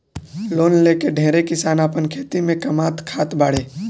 loan लेके ढेरे किसान आपन खेती से कामात खात बाड़े